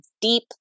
deep